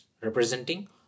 representing